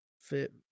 Fit